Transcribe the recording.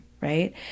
Right